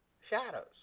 shadows